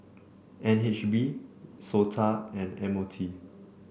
N H B SOTA and M O T